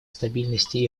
стабильности